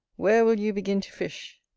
where will you begin to fish?